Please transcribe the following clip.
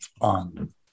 on